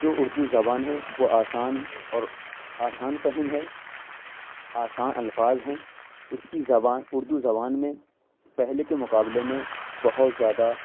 جو اردو زبان ہے وہ آسان اور آسان فہم ہے آساں الفاظ ہیں اس کی زباں اردو زبان میں پہلے کے مقابلے میں بہت زیادہ